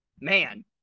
man